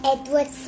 Edward